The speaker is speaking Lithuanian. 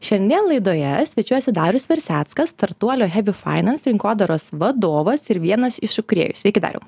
šiandien laidoje svečiuojasi darius verseckas startuolio hebifainans rinkodaros vadovas ir vienas išu kurėjų sveiki dariau